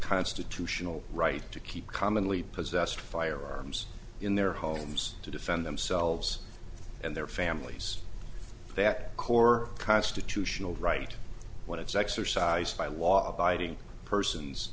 constitutional right to keep commonly possessed firearms in their homes to defend themselves and their families that core constitutional right when it's exercised by law abiding persons